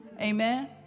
amen